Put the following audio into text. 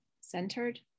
centered